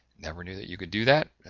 never knew that you could do that,